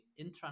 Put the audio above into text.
intranet